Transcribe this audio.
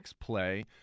play